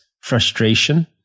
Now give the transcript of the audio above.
frustration